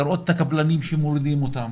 לראות את הקבלנים שמורידים אותם,